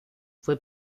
fue